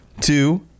two